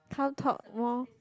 come talk more